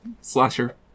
slasher